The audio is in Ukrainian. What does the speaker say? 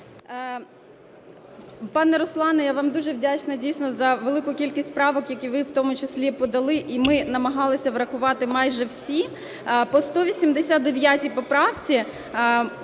Пане Руслане, я вам дуже вдячна дійсно за дуже велику кількість правок, які ви в тому числі подали. І ми намагалися врахувати майже всі. По 189 поправці